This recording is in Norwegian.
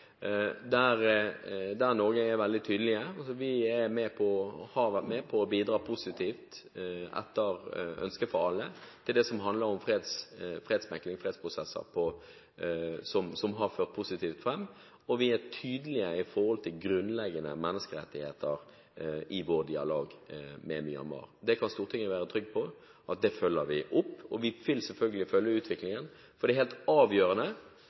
er veldig tydelig. Vi har etter ønske fra alle vært med på å bidra positivt til det som handler om fredsmekling og fredsprosesser, som har ført positivt fram. Vi er tydelige når det gjelder grunnleggende menneskerettigheter i vår dialog med Myanmar. Stortinget kan være trygg på at vi følger opp dette. Vi vil følge utviklingen, for det er